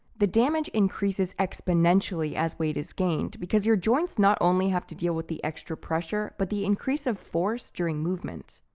the damage increases exponentially as weight is gained because your joints not only have to deal with the extra pressure, but the increase of force during movement.